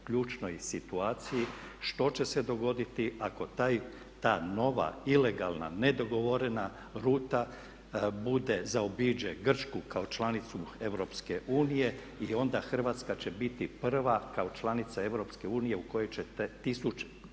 ključnoj situaciji što će se dogoditi ako ta nova ilegalna nedogovorena ruta zaobiđe Grčku kao članicu EU i onda Hrvatska će biti prva kao članica EU u kojoj će te tisuće